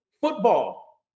football